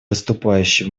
выступающий